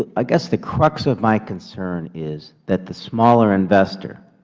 ah ah guess the crux of my concern is that the smaller investor